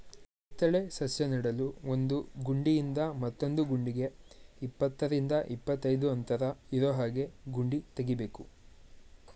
ಕಿತ್ತಳೆ ಸಸ್ಯ ನೆಡಲು ಒಂದು ಗುಂಡಿಯಿಂದ ಮತ್ತೊಂದು ಗುಂಡಿಗೆ ಇಪ್ಪತ್ತರಿಂದ ಇಪ್ಪತ್ತೈದು ಅಂತರ ಇರೋಹಾಗೆ ಗುಂಡಿ ತೆಗಿಬೇಕು